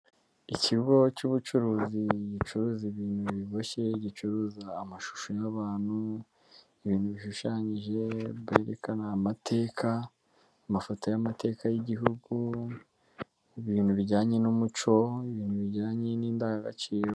Ikigo cy'ubucuruzi gicuruza ibintu biboshye gicuruza amashusho y'abantu, ibintu bishushanyije byerekana amateka, amafoto y'amateka y'igihugu, ibintu bijyanye n'umuco, ibintu bijyanye n'indangagaciro...